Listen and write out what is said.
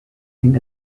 and